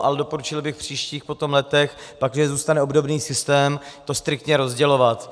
Ale doporučil bych v příštích letech, pakliže zůstane obdobný systém, to striktně rozdělovat.